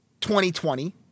2020